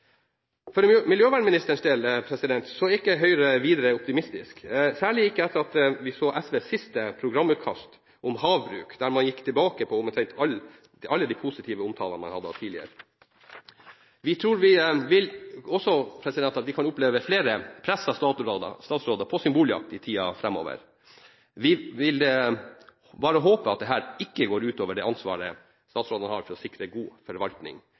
For miljøvernministerens del er vi i Høyre ikke videre optimistiske, særlig ikke etter at vi så SVs siste programutkast om havbruk, der man gikk tilbake på omtrent alle de positive omtalene man har hatt tidligere. Vi tror også at vi kan oppleve flere pressede statsråder på symboljakt i tiden framover. Vi vil bare håpe at dette ikke går ut over det ansvaret statsrådene har for å sikre en god forvaltning.